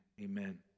amen